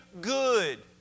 good